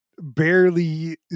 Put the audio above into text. barely